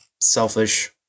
selfish